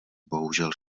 bohužel